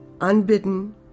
unbidden